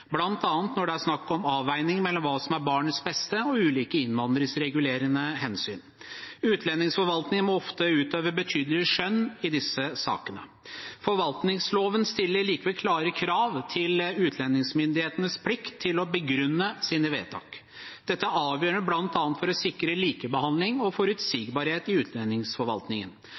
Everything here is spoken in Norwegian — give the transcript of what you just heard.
når det er snakk om avveiningen mellom hva som er barnets beste, og ulike innvandringsregulerende hensyn. Utlendingsforvaltningen må ofte utøve betydelig skjønn i disse sakene. Forvaltningsloven stiller likevel klare krav til utlendingsmyndighetenes plikt til å begrunne sine vedtak. Dette er avgjørende bl.a. for å sikre likebehandling og forutsigbarhet i utlendingsforvaltningen.